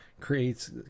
creates